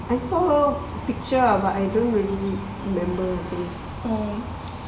I got saw one picture ah but I don't really remember her face ya